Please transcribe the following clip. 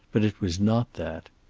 but it was not that.